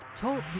Talk